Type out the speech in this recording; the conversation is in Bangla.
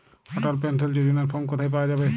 অটল পেনশন যোজনার ফর্ম কোথায় পাওয়া যাবে?